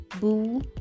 boo